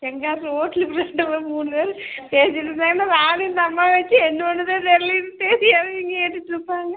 எங்காவது ஓட்டலுக்கு பேசுகிற மாதிரி மூணு பேரும் பேசிவிட்டு இருந்தோம்னால் யார் இந்த அம்மா வச்சு என்ன பண்ணுதோ தெரியலின்ட்டு பேசியாவது இங்கே கேட்டுகிட்ருப்பாங்க